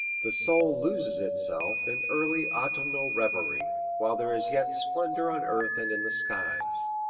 the soul loses itself in early autumnal revery while there is yet splendor on earth and in the skies.